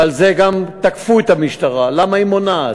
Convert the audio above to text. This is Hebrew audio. ועל זה גם תקפו את המשטרה, למה היא מונעת.